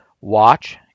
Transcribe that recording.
watch